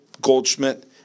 Goldschmidt